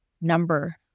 number